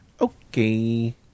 Okay